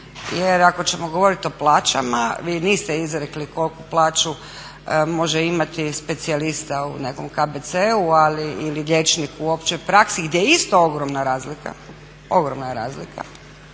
Jer ako ćemo govoriti o plaćama vi niste izrekli koliku plaću može imati specijalista u nekom KBC-u ili liječnik u općoj praksi gdje je isto ogromna razlika